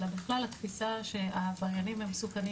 אלא בכלל התפיסה שהעבריינים המסוכנים